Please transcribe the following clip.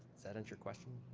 that answer your question?